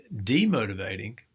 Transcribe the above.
demotivating